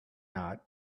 not